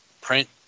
print